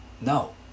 No